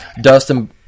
Dustin